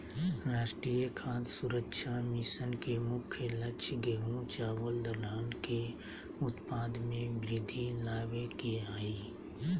राष्ट्रीय खाद्य सुरक्षा मिशन के मुख्य लक्ष्य गेंहू, चावल दलहन के उत्पाद में वृद्धि लाबे के हइ